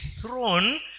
throne